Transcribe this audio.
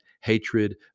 hatred